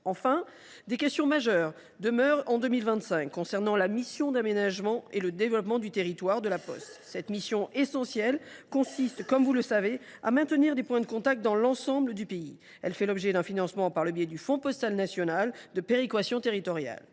Enfin, des questions majeures demeurent concernant la mission d’aménagement et de développement du territoire de La Poste en 2025. Cette mission essentielle consiste à maintenir des points de contact dans l’ensemble du pays. Elle fait l’objet d’un financement par le biais du Fonds postal national de péréquation territoriale.